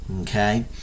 okay